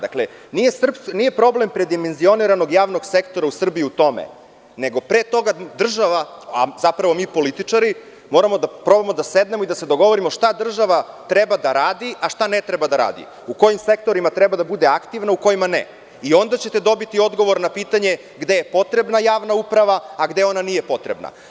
Dakle, nije problem predimenzioniranog javnog sektora u Srbiji u tome, nego pre toga država, a zapravo mi političari, moramo da probamo da sednemo i da se dogovorimo šta država treba da radi, a šta ne treba da radi, u kojim sektorima treba da bude aktivna u kojima ne i onda ćete dobiti odgovor na pitanje gde je potrebna javna uprava, a gde ona nije potrebna.